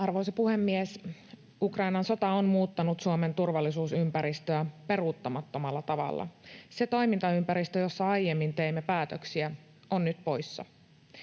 Arvoisa puhemies! Ukrainan sota on muuttanut Suomen turvallisuusympäristöä peruuttamattomalla tavalla. Se toimintaympäristö, jossa aiemmin teimme päätöksiä, on nyt poissa.